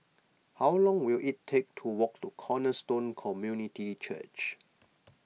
how long will it take to walk to Cornerstone Community Church